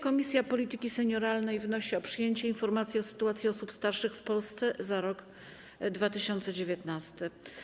Komisja Polityki Senioralnej wnosi o przyjęcie informacji o sytuacji osób starszych w Polsce za rok 2019.